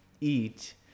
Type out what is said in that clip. eat